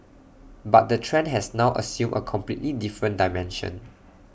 but the trend has now assumed A completely different dimension